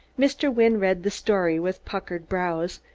mr. wynne read the story with puckered brows,